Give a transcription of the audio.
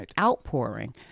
outpouring